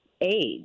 age